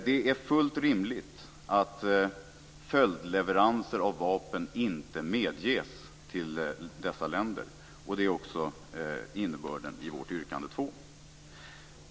Det är fullt rimligt att följdleveranser av vapen till dessa länder inte medges, och det är också innebörden i vårt yrkande 2.